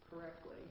correctly